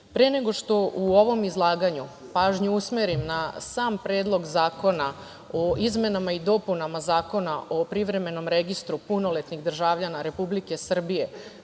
19.Pre nego što u ovom izlaganju pažnju usmerim na sam Predlog zakona o izmenama i dopunama Zakona o privremenom registru punoletnih državljana Republike Srbije,